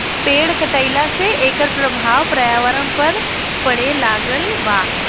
पेड़ कटईला से एकर प्रभाव पर्यावरण पर पड़े लागल बा